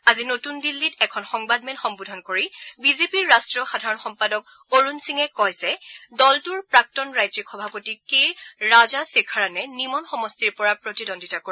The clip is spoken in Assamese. আজি নতূন দিল্লীত এখন সংবাদমেল সম্বোধন কৰি বিজেপিৰ ৰাষ্ট্ৰীয় সাধাৰণ সম্পাদক অৰুণ সিঙে কয় যে দলটোৰ প্ৰাক্তন ৰাজ্যিক সভাপতি কে ৰাজাশেখৰণে নিমন সমষ্টিৰ পৰা প্ৰতিদ্বন্দ্বিতা কৰিব